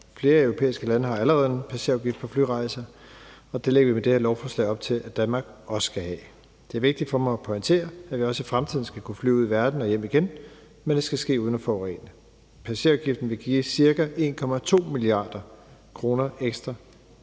Flere europæiske lande har allerede en passagerafgift på flyrejser, og det lægger vi i det her lovforslag op til at Danmark også skal have. Det er vigtigt for mig at pointere, at vi også i fremtiden skal kunne flyve ud i verden og hjem igen, men det skal ske uden at forurene. Passagerafgiften vil give ca. 1,2 mia. kr. ekstra